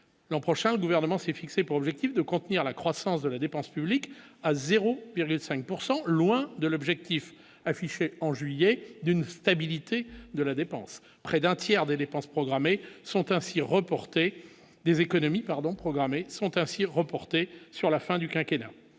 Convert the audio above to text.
L'an prochain, le gouvernement s'est fixé pour objectif de contenir la croissance de la dépense publique à 0 bien les 5 pourcent loin de l'objectif affiché en juillet d'une stabilité de la dépense près d'un tiers des dépenses programmées sont ainsi reportés des économies